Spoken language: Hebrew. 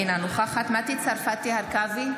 אינה נוכחת מטי צרפתי הרכבי,